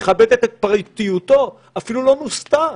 מכבדת את פרטיותו, אפילו לא נוסתה.